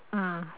mm